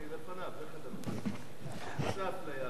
דני לפניו, איך אתה, מה זה האפליה הזאת?